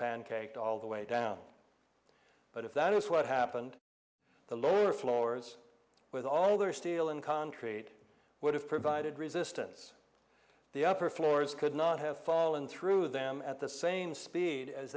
pancaked all the way down but if that is what happened the lower floors with all other steel and concrete would have provided resistance the upper floors could not have fallen through them at the same speed as